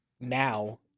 now